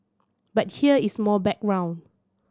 but here is more background